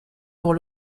pour